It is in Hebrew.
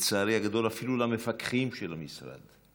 לצערי הגדול, אפילו למפקחים של המשרד.